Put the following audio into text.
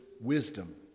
wisdom